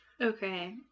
okay